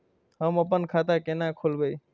हम अपन खाता केना खोलैब?